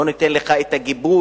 לא נותן לך את הגיבוי,